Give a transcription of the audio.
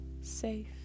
safe